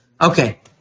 Okay